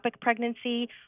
pregnancy